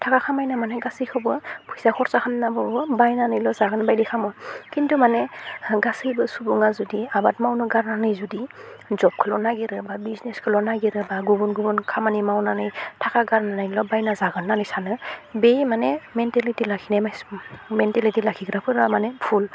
थाखा खामायना मोननाय गासैखौबो फैसा खरसा खामनाबाबो बायनानैल' जाहोनो बायदि खामो खिन्थु माने गासैबो सुबुंआ जुदि आबाद मावनो गारनानै जुदि जबखौल' नायगिरोबा बिजिनिसखौल' नायगिरोबा गुबुन गुबुन खामानि मावनानै थाखा गारनानैल' बायना जागोन होननानै सानो बे माने मेन्टेलिटि लाखिनाय मानसि मेन्टेलिटि लाखिग्राफोरा माने बुहुल